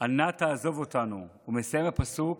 "אל נא תעזב אתנו", ומסיים בפסוק